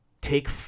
take